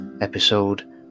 episode